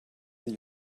that